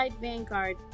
Vanguard